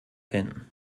hin